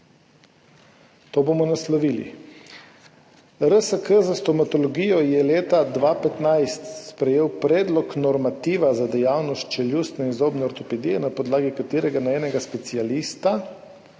To bomo naslovili. RSK za stomatologijo je leta 2015 sprejel predlog normativa za dejavnost čeljustne in zobne ortopedije, na podlagi katerega na enega specialista